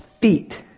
feet